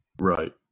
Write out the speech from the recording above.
Right